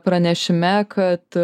pranešime kad